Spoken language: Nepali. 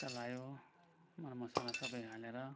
चलायो मरमसाला सबै हालेर